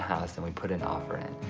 house and we put an offer in.